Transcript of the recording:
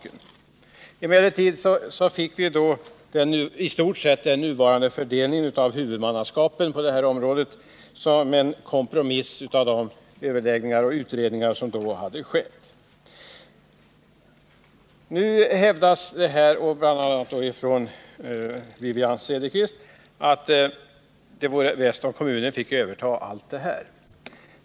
Emellertid fick vi då i stort sett nuvarande fördelning av huvudmannaskapet på området såsom en kompromiss av de överläggningar och utredningar som hade ägt rum. Nu hävdas här, bl.a. av Wivi-Anne Cederqvist, att det vore bäst om kommunerna finge överta allt detta.